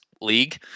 league